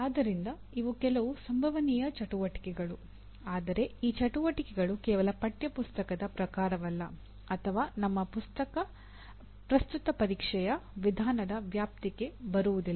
ಆದ್ದರಿಂದ ಇವು ಕೆಲವು ಸಂಭವನೀಯ ಚಟುವಟಿಕೆಗಳು ಆದರೆ ಈ ಚಟುವಟಿಕೆಗಳು ಕೇವಲ ಪಠ್ಯಪುಸ್ತಕದ ಪ್ರಕಾರವಲ್ಲ ಅಥವಾ ನಮ್ಮ ಪ್ರಸ್ತುತ ಪರೀಕ್ಷೆಯ ವಿಧಾನದ ವ್ಯಾಪ್ತಿಗೆ ಬರುವುದಿಲ್ಲ